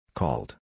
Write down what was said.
called